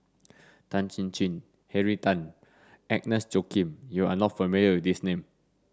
Tan Chin Chin Henry Tan Agnes Joaquim You are not familiar with these names